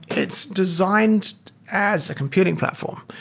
it's designed as a computing platform.